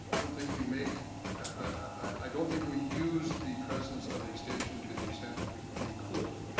i don't think we make i don't think we use the presence of extension to the extent that we we could,